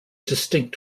distinct